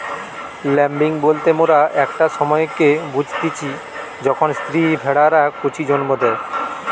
lambing বলতে মোরা একটা সময়কে বুঝতিচী যখন স্ত্রী ভেড়ারা কচি জন্ম দেয়